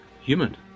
Human